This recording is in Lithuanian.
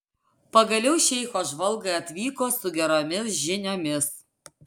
pagaliau šeicho žvalgai atvyko su geromis žiniomis